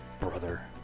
brother